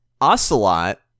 Ocelot